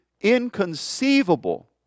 inconceivable